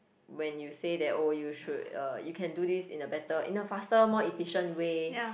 when you say that oh you should uh you can do this in a better in a faster more efficient way